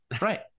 Right